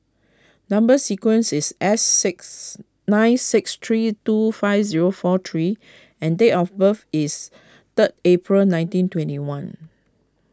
Number Sequence is S six nine six three two five zero four W and date of birth is third April nineteen twenty one